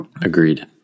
agreed